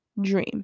dream